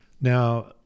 now